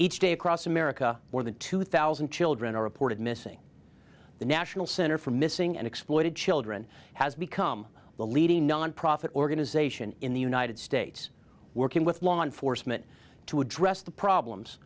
each day across america for the two thousand children are reported missing the national center for missing and exploited children has become the leading nonprofit organization in the united states working with law enforcement to address the problems